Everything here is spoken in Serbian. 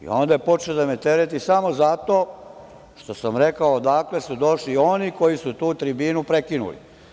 Onda počne da me tereti samo zato što sam rekao odakle su došli oni koji su tu tribinu prekinuli.